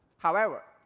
however,